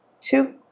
two